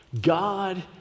God